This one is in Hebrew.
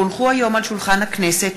כי הונחו היום על שולחן הכנסת,